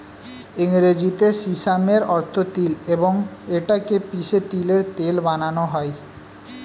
ইংরেজিতে সিসামের অর্থ তিল এবং এটা কে পিষে তিলের তেল বানানো হয়